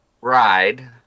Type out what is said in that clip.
ride